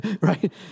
right